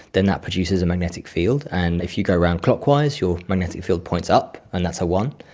then that produces a magnetic field, and if you go around clockwise your magnetic field points up and that's a one.